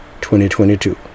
2022